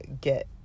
get